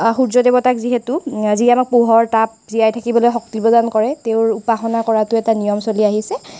সূৰ্যদেৱতাক যিহেতু যিয়ে আমাক পোহৰ তাপ জিয়াই থাকিবলৈ শক্তি প্ৰদান কৰে তেওঁৰ উপাসনা কৰাটো এটা নিয়ম চলি আহিছে